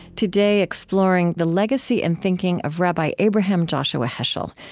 today, exploring the legacy and thinking of rabbi abraham joshua heschel,